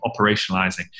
operationalizing